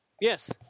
yes